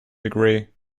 degree